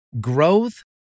Growth